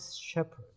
shepherd